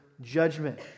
judgment